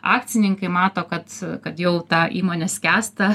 akcininkai mato kad kad jau ta įmonė skęsta